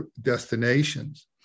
destinations